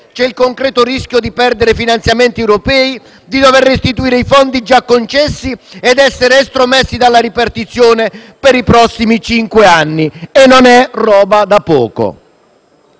corre il concreto rischio di perdere finanziamenti europei, di dover restituire i fondi già concessi e di essere estromessi dalla ripartizione per i prossimi cinque anni: non è roba da poco.